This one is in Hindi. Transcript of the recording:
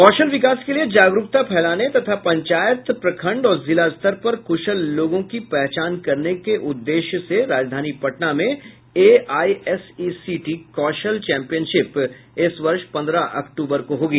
कौशल विकास के लिए जागरुकता फैलाने तथा पंचायत प्रखंड और जिला स्तर पर कुशल लोगों की पहचान करने के उद्देश्य से राजधानी पटना में एआईएसईसीटी कौशल चैंपियनशिप इस वर्ष पंद्रह अक्टूबर को होगी